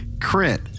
crit